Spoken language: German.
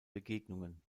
begegnungen